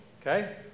Okay